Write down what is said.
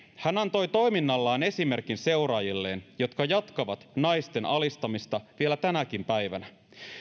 hän antoi toiminnallaan esimerkin seuraajilleen jotka jatkavat naisten alistamista vielä tänäkin päivänä